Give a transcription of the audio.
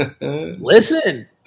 listen